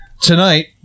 Tonight